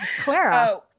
Clara